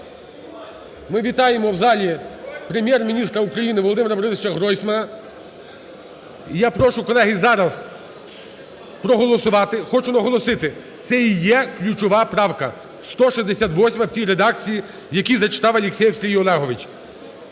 Ми вітаємо в залі Прем'єр-міністра України Володимира Борисовича Гройсмана. І я прошу, колеги, зараз проголосувати. Хочу наголосити, це і є ключова правка 168 в тій редакції, в якій зачитав Алєксєєв Сергій Олегович.